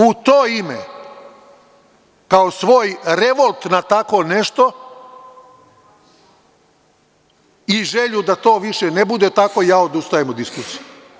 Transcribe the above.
U to ime, kao svoj revolt na tako nešto i želju da to više ne bude tako, ja odustajem od diskusije.